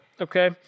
okay